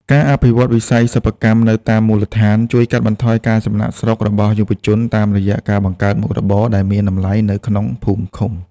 ការអភិវឌ្ឍវិស័យសិប្បកម្មនៅតាមមូលដ្ឋាន ជួយកាត់បន្ថយការចំណាកស្រុករបស់យុវជនតាមរយៈការបង្កើតមុខរបរដែលមានតម្លៃនៅក្នុងភូមិឃុំ។